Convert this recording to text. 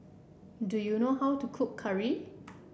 do you know how to cook curry